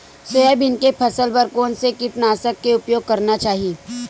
Soybean के फसल बर कोन से कीटनाशक के उपयोग करना चाहि?